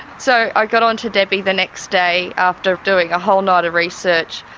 so i got on to debbie the next day after doing a whole night of research.